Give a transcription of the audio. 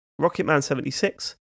Rocketman76